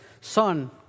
son